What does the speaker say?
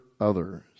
others